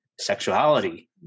sexuality